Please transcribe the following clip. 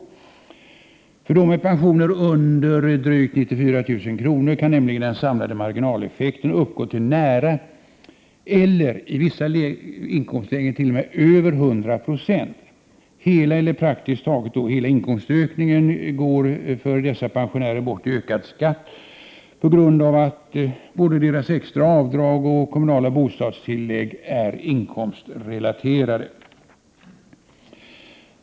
För dem 45 med pensioner under drygt 94 000 kr. kan den samlade marginaleffekten uppgå till nära eller i vissa inkomstlägen t.o.m. över 100 9o. Praktiskt taget hela inkomstökningen för dessa pensionärer går bort i ökad skatt på grund av att både deras extra avdrag och deras kommunala bostadstillägg är inkomstrelaterade.